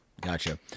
Gotcha